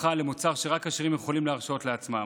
הפכה למוצר שרק עשירים יכולים להרשות לעצמם.